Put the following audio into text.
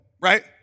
right